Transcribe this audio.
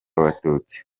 abatutsi